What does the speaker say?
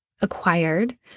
acquired